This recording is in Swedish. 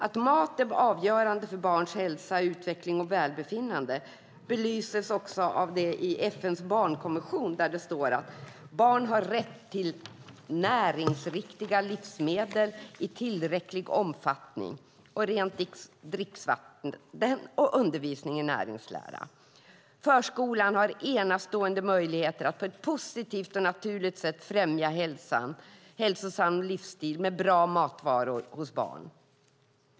Att mat är avgörande för barns hälsa, utveckling och välbefinnande belyses också i FN:s barnkonvention, där det står att barn har rätt till näringsriktiga livsmedel i tillräcklig omfattning och rent dricksvatten och undervisning i näringslära. Förskolan har enastående möjligheter att på ett positivt och naturligt sätt främja en hälsosam livsstil med bra matvanor hos barn.